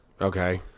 Okay